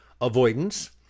avoidance